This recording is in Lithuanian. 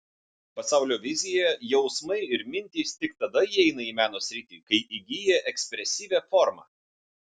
pasaulio vizija jausmai ir mintys tik tada įeina į meno sritį kai įgyja ekspresyvią formą